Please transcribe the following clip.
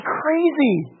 crazy